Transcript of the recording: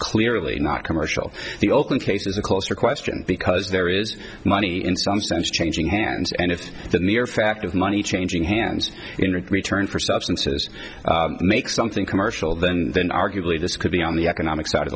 clearly not commercial the open case is a culture question because there is money in some sense changing hands and it's the mere fact of money changing hands in return for substances make something commercial then then arguably this could be on the economic side of